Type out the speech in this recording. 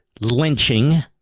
lynching